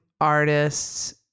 artists